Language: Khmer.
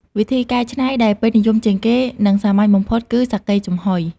វិធីកែច្នៃដែលពេញនិយមជាងគេ និងសាមញ្ញបំផុតគឺ សាកេចំហុយ។